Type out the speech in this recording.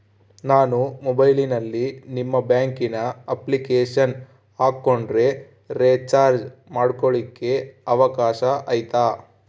ನಾನು ಮೊಬೈಲಿನಲ್ಲಿ ನಿಮ್ಮ ಬ್ಯಾಂಕಿನ ಅಪ್ಲಿಕೇಶನ್ ಹಾಕೊಂಡ್ರೆ ರೇಚಾರ್ಜ್ ಮಾಡ್ಕೊಳಿಕ್ಕೇ ಅವಕಾಶ ಐತಾ?